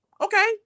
Okay